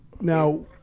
Now